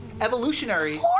Evolutionary